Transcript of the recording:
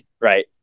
right